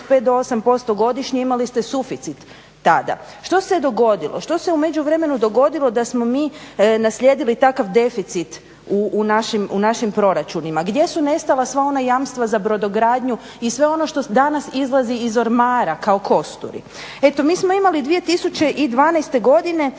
5 do 8% godišnje imali ste suficit tada. Što se dogodilo? Što se u međuvremenu dogodilo da smo mi naslijedili takav deficit u našim proračunima? Gdje su nestala sva ona jamstva za brodogradnju i sve ono što danas izlazi iz ormara kao kosturi? Eto mi smo imali 2012. godine